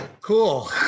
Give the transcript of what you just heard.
Cool